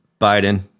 Biden